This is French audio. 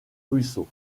ruisseaux